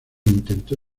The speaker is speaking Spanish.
intento